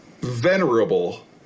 venerable